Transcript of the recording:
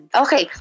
okay